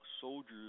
soldiers